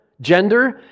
gender